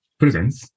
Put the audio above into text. presence